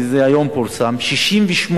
זה פורסם היום,